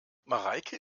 mareike